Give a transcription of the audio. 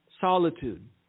solitude